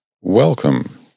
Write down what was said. Welcome